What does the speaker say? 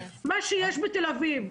מה שיש בתל אביב,